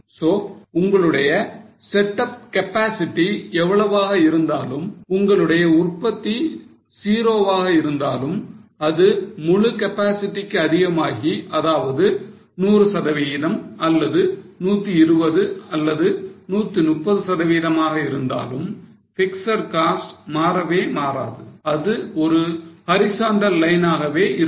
So உங்களுடைய setup capacity எவ்வளவாக இருந்தாலும் உங்களுடைய உற்பத்தி ஜீரோவாக இருந்தாலும் அல்லது முழு கெபாசிட்டிக்கு அதிகமாகி அதாவது 100 அல்லது 120 அல்லது 130 சதவிகிதமாக இருந்தாலும் பிக்ஸட் காஸ்ட் மாறவே மாறாது அது ஒரு horizontal line னாகவே இருக்கும்